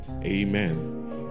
Amen